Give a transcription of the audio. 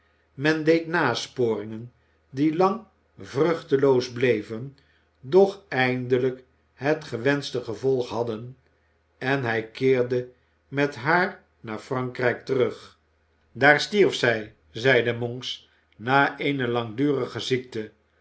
men deed nasporingen die lang vruchteloos bleven doch eindelijk het gewenschte gevolg hadden en hij keerde met haar naar f r a n k r ij k terug daar stierf zij zeide monks na eene langdurige ziekte